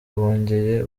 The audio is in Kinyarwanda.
bongeye